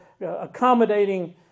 accommodating